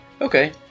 Okay